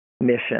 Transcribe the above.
mission